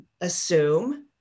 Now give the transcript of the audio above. assume